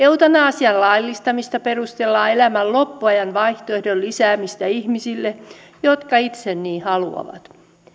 eutanasian laillistamista perustellaan elämän loppuajan vaihtoehdon lisäämisellä ihmisille jotka itse niin haluavat